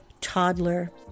toddler